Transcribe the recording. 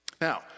Now